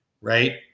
right